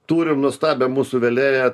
turim nuostabią mūsų vėlėją